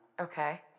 Okay